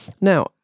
Now